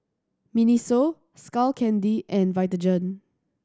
MINISO Skull Candy and Vitagen